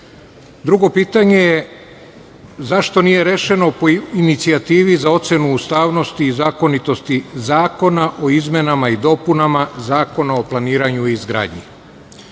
pitanje, zašto nije rešeno po inicijativi za ocenu ustavnosti i zakonitosti Zakona o izmenama i dopunama Zakona o planiranju i izgradnji? Pitanje